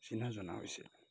চিনা জনা হৈছিল